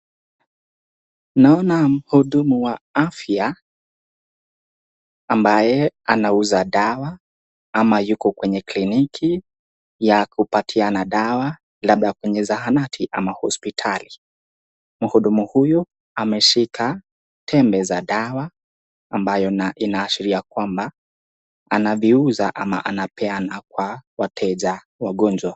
Naona mhudumu wa afya ambaye anauza dawa ama yuko kwenye kliniki ya kupatiana dawa labda kwenye zahanati ama hospitali. Mhudumu huyu ameshika tembe za dawa ambayo inaashiria kwamba anaviuza ama anapeana kwa wateja wagonjwa.